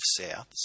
Souths